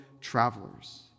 travelers